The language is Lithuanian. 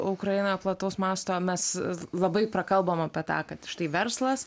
ukrainoje plataus masto mes labai prakalbom apie tą kad štai verslas